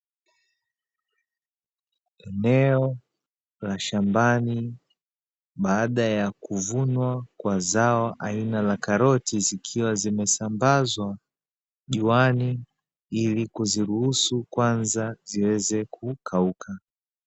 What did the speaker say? Eneo la shambani baada ya kuvunwa kwa zao aina la karoti, zikiwa zimesambazwa juani ili kuziruhusu kwanza ziweze kukauka.